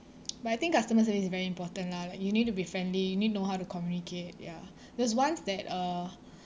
but I think customer service is very important lah like you need to be friendly you need to know how to communicate ya there's once that uh